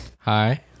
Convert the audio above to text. Hi